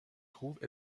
trouve